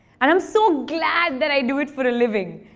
and i'm so glad that i do it for a living.